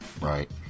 Right